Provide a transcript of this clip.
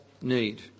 need